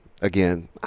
again